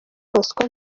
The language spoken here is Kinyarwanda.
bosco